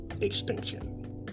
extinction